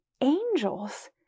angels